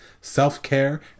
self-care